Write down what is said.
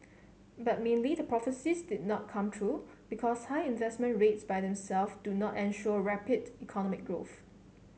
but mainly the prophecies did not come true because high investment rates by them self do not ensure rapid economic growth